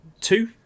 two